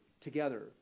together